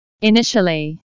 Initially